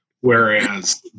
Whereas